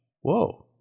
whoa